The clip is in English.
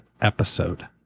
episode